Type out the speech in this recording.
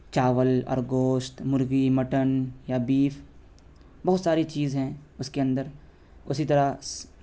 چاول اور گوشت مرغی مٹن یا بیف بہت ساری چیز ہیں اس کے اندر اسی طرح